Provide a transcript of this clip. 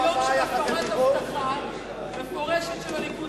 זה יום של הפרת הבטחה מפורשת של הליכוד